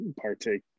partake